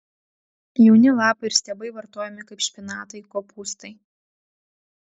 jauni lapai ir stiebai vartojami kaip špinatai kopūstai